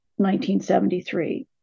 1973